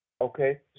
Okay